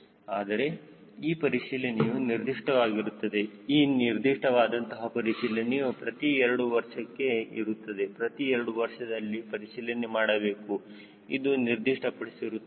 ಆದರೆ ಈ ಪರಿಶೀಲನೆಯೂ ನಿರ್ದಿಷ್ಟವಾಗಿರುತ್ತದೆ ಈ ನಿರ್ದಿಷ್ಟವಾದಂತಹ ಪರಿಶೀಲನೆಯೂ ಪ್ರತಿ ಎರಡು ವರ್ಷಕ್ಕೆ ಇರುತ್ತದೆ ಪ್ರತಿ ಎರಡು ವರ್ಷದಲ್ಲಿ ಪರಿಶೀಲನೆ ಮಾಡಬೇಕು ಒಂದು ನಿರ್ದಿಷ್ಟಪಡಿಸಿರುತ್ತಾರೆ